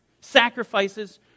Sacrifices